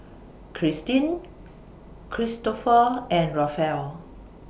Christeen Kristoffer and Rafael